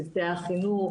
צוותי החינוך,